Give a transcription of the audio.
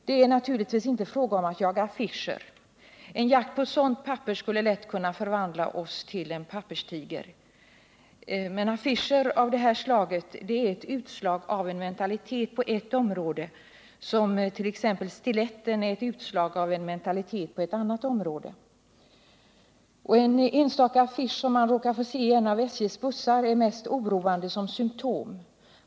Det är naturligtvis inte fråga om att jaga affischer — en sådan jakt skulle lätt kunna få oss att framstå som papperstigrar — men den här typen av affischer är ett utslag av en mentalitet på detta område, liksom stiletten är ett utslag av en mentalitet på ett annat, och en enstaka affisch som man råkar få se i en av SJ:s bussar är oroande som symtom.